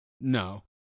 No